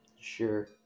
Sure